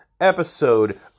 episode